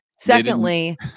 Secondly